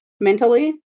mentally